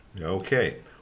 okay